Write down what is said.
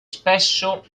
spesso